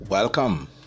Welcome